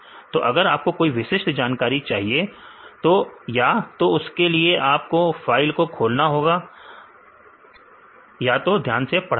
तो अगर आपको कोई विशिष्ट जानकारी चाहिए तो या तो उसके लिए आपको फाइल को खोलना होगा या तो ध्यान से पढ़ना होगा